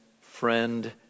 friend